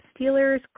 Steelers